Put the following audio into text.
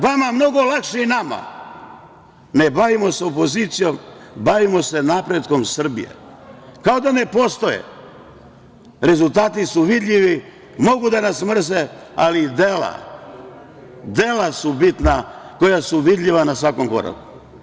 Vama je mnogo lakše i nama da se ne bavimo opozicijom, već se bavimo napretkom Srbije, kao da ne postoje, rezultati su vidljivi, mogu da nas mrze, ali dela su bitna koja su vidljiva na svakom koraku.